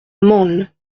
mansle